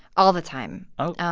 all the time oh. oh,